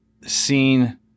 seen